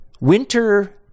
winter